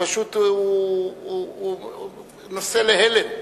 הוא נושא להלם.